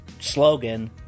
slogan